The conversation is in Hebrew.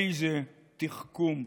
איזה תחכום,